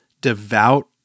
devout